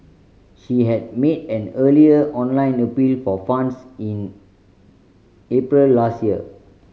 she had made an earlier online appeal for funds in April last year